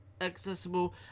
accessible